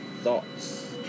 thoughts